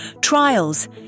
trials